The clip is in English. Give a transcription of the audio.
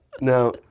Now